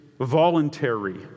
voluntary